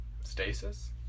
Stasis